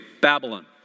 Babylon